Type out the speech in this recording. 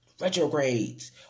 Retrogrades